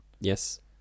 Yes